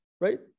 right